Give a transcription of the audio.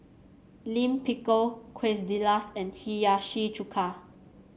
Lime Pickle Quesadillas and Hiyashi Chuka